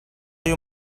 your